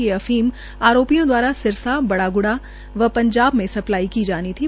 यह अफीम आरोपियों द्वारा सिरसा बड़ागुढ़ा व पंजाब में सप्लाई की जानी थी